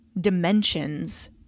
dimensions